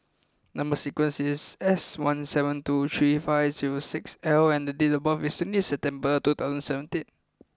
number sequence is S one seven two three five zero six L and date of birth is twenty eighth September two thousand and seventeen